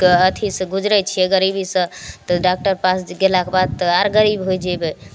कऽ अथी सँ गुजरै छियै गरीबीसँ तऽ डाक्टर पास गेलाके बाद तऽ आर गरीब हो जेबै